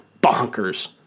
bonkers